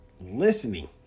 listening